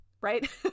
Right